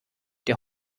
der